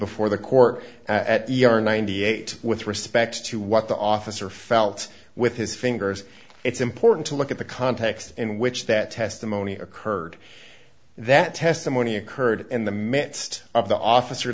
before the court at the are ninety eight with respect to what the officer felt with his fingers it's important to look at the context in which that testimony occurred that testimony occurred in the midst of the officer